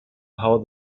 how